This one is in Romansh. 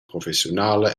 professiunala